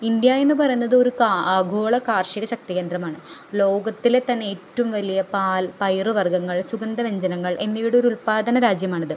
India എന്നുപറയുന്നത് ഒരു കാ ആഗോള കാർഷിക ശക്തി കേന്ദ്രമാണ് ലോകത്തിലെ തന്നെ ഏറ്റവും വലിയ പാൽ പയർ വർഗങ്ങൾ സുഗന്ധ വ്യഞ്ജനങ്ങൾ എന്നിവയുടെ ഒരു ഉൽപാദന രാജ്യമാണിത്